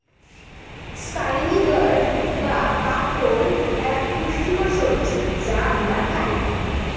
spiny gourd বা কাঁকরোল এক পুষ্টিকর সবজি যা আমরা খাই